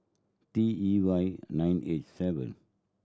T E Y nine H seven